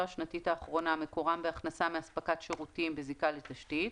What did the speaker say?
השנתית האחרונה מקורם בהכנסה מאספקת שירותים בזיקה לתשתית,